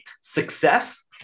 success